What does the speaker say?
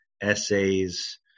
essays